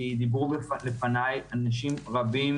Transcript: כי דיברו לפניי אנשים רבים,